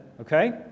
okay